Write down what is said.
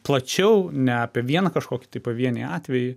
plačiau ne apie vieną kažkokį tai pavienį atvejį